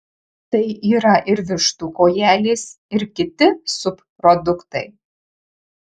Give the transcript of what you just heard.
tai yra ir vištų kojelės ir kiti subproduktai